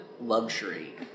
luxury